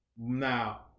Now